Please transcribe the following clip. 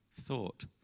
Thought